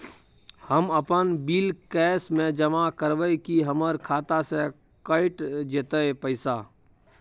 हम अपन bill cash म जमा करबै की हमर खाता स कैट जेतै पैसा?